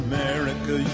America